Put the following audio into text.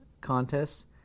contests